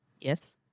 Yes